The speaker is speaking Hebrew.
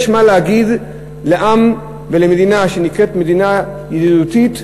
יש מה להגיד לעם ולמדינה שנקראת מדינה ידידותית,